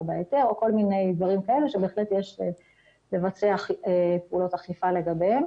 בהיתר או כל מיני דברים כאלה שבהחלט יש לבצע פעולות אכיפה לגביהם.